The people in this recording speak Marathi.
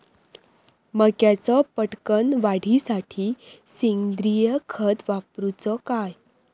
मक्याचो पटकन वाढीसाठी सेंद्रिय खत वापरूचो काय?